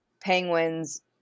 Penguins